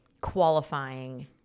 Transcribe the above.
qualifying